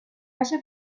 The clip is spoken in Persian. نشه